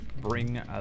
bring